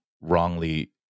wrongly